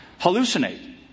hallucinate